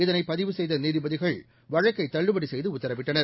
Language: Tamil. இதனைப் பதிவு செய்த நீதிபதிகள் வழக்கை தள்ளுபடி செய்து உத்தரவிட்டனர்